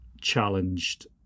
challenged